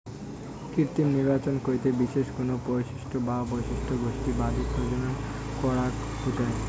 কৃত্রিম নির্বাচন কইতে বিশেষ কুনো বৈশিষ্ট্য বা বৈশিষ্ট্য গোষ্ঠীর বাদে প্রজনন করাক বুঝায়